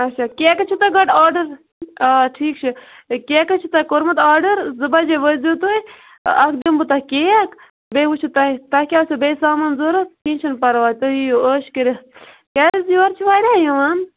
اچھا کیکس چھُو تۄہہِ گۄڈٕ آرڈر آ ٹھیٖک چھُ کیکس چھُو تۄہہِ کوٚرمُت آرڈر زٕ بجے وٲتۍ زیو تُہۍ اکھ دِمہٕ بہٕ تۄہہِ کیک بیٚیہِ وٕچھِو تۄہہِ کیٛاہ آسیو بیٚیہِ سامان ضوٚرتھ کینٛہہ چھُ نہٕ پرواے تُہۍ ییِو ٲش کٔرِتھ کیازِ یور چھِ واریاہ یِوان